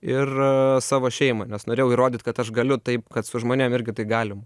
ir savo šeimą nes norėjau įrodyt kad aš galiu taip kad su žmonėm irgi tai galima